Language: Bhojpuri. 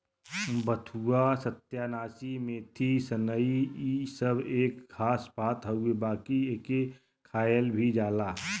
बथुआ, सत्यानाशी, मेथी, सनइ इ सब एक घास पात हउवे बाकि एके खायल भी जाला